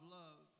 love